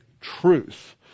truth